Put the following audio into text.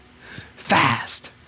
fast